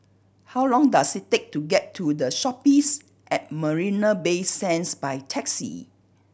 how long does it take to get to The Shoppes at Marina Bay Sands by taxi